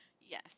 Yes